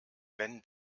wenn